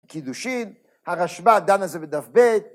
‫קידושין, הרשב"א דן על זה בדף בית.